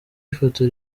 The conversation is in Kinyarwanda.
ifoto